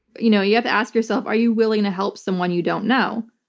you know you have to ask yourself, are you willing to help someone you don't know?